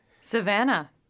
Savannah